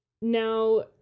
Now